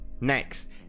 next